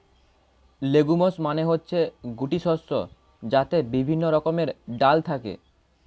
legumes মানে হচ্ছে গুটি শস্য যাতে বিভিন্ন রকমের ডাল থাকে